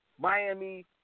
Miami